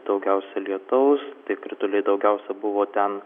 daugiausia lietaus tie krituliai daugiausia buvo ten